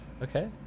Okay